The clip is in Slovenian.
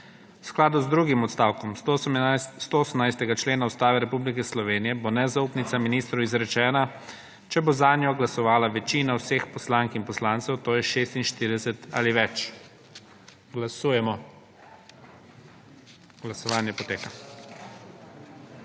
skladu z drugim odstavkom 118. člena Ustave Republike Slovenije bo nezaupnica ministru izrečena, če bo zanjo glasovala večina vseh poslank in poslancev, to je 46 ali več. Glasujemo. Navzočih